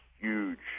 huge